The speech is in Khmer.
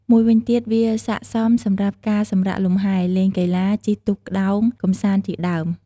មួយវិញទៀត វាស័ក្តិសមសម្រាប់ការសម្រាកលំហែ លេងកីឡា ជិះទូកក្តោងកម្សាន្តជាដើម។